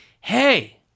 Hey